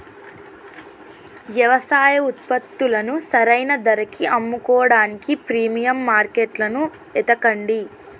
యవసాయ ఉత్పత్తులను సరైన ధరకి అమ్ముకోడానికి ప్రీమియం మార్కెట్లను ఎతకండి